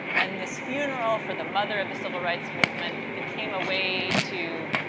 and, this funeral for the mother of the civil rights movement became a way to